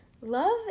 Love